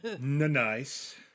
Nice